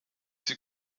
sie